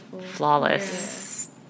flawless